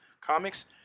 Comics